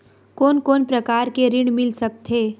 कोन कोन प्रकार के ऋण मिल सकथे?